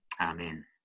Amen